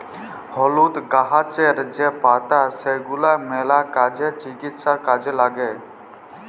হলুদ গাহাচের যে পাতা সেগলা ম্যালা কাজে, চিকিৎসায় কাজে ল্যাগে